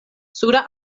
suda